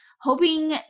Hoping